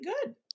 good